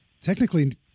technically